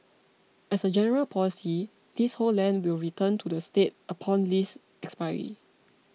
as a general policy leasehold land will return to the state upon lease expiry